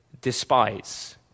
despise